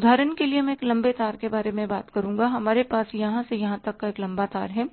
उदाहरण के लिए मैं एक लंबे तार के बारे में बात करुंगा हमारे पास यहां से यहां तक एक लंबा तार है